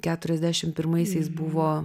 keturiasdešim pirmaisiais buvo